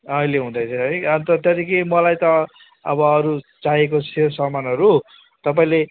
अहिले हुँदैथ्यो है अन्त त्यहाँदेखि मलाई त अब अरू चाहिएको थियो सामानहरू तपाईँले